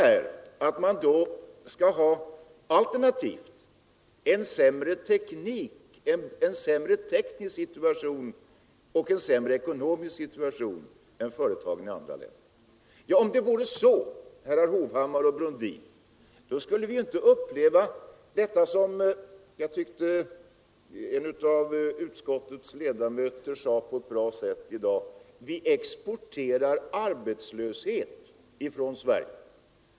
För det andra skall man alternativt ha en sämre situation tekniskt och ekonomiskt än företagen i andra länder. Ja, om det vore så, herrar Hovhammar och Brundin, skulle vi ju inte uppleva det förhållandet att vi, såsom en av utskottets ledamöter med ett mycket bra uttryck framställde det i dag, exporterar arbetslöshet från Sverige.